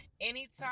Anytime